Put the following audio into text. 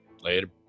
Later